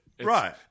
right